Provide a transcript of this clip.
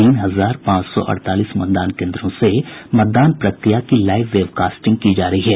तीन हजार पांच सौ अड़तालीस मतदान केन्द्रों से मतदान प्रक्रिया की लाईव वेबकास्टिंग की जा रही है